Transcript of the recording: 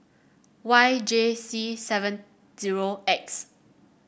Y J C seven zero X